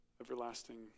everlasting